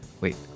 Wait